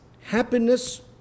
happiness